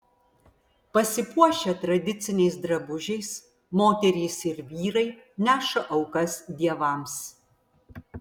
pasipuošę tradiciniais drabužiais moterys ir vyrai neša aukas dievams